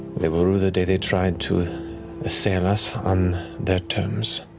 they will rue the day they tried to assail us on their terms.